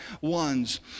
ones